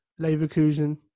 Leverkusen